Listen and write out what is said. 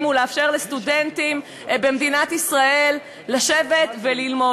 ולאפשר לסטודנטים במדינת ישראל לשבת וללמוד.